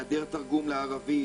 היעדר תרגום לערבית,